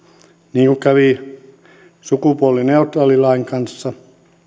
niin kuin kävi sukupuolineutraalin lain kanssa